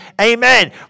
Amen